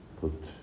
put